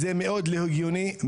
זה מאוד לא הגיוני.